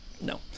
no